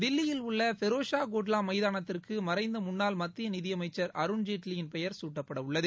தில்லியில் உள்ள பெரோஸ் ஷா கோட்லா மைதானத்திற்கு மறைந்த முன்னாள் மத்திய நிதியமைச்சர் அருண்ஜேட்லியின் பெயர் குட்டப்படவுள்ளது